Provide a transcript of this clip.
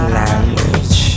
language